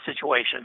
situation